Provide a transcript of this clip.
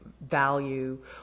value